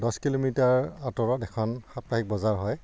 দহ কিলোমিটাৰ আঁতৰত এখন সাপ্তাহিক বজাৰ হয়